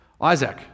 Isaac